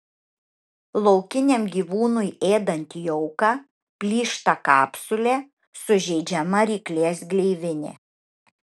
laukiniam gyvūnui ėdant jauką plyšta kapsulė sužeidžiama ryklės gleivinė